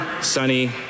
sunny